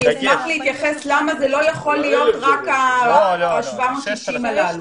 אני אשמח להתייחס למה זה לא יכול להיות רק ה-760 הללו.